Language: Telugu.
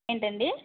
ఏంటండి